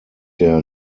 der